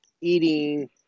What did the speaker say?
eating